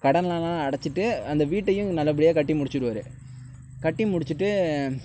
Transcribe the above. கடனல்லாம் அடைச்சிட்டு அந்த வீட்டையும் நல்லபடியாக கட்டி முடிச்சிடுவார் கட்டி முடிச்சுட்டு